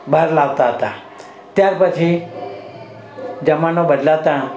બહાર લાવતા હતા ત્યાર પછી જમાનો બદલાતા